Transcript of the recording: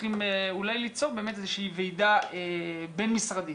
שצריכים אולי ליצור איזה שהיא ועדה בין משרדית